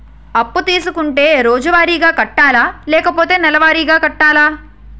అప్పు తీసుకుంటే రోజువారిగా కట్టాలా? లేకపోతే నెలవారీగా కట్టాలా?